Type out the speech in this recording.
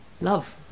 love